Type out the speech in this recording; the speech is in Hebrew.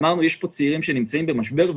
אמרנו שיש פה צעירים שנמצאים במשבר,